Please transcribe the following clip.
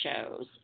shows